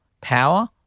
power